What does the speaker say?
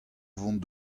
vont